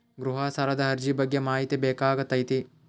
ಗೃಹ ಸಾಲದ ಅರ್ಜಿ ಬಗ್ಗೆ ಮಾಹಿತಿ ಬೇಕಾಗೈತಿ?